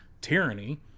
tyranny